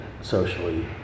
socially